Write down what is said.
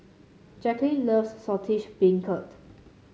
Jacquline loves Saltish Beancurd